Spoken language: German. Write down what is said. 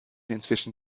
inzwischen